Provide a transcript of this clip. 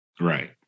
Right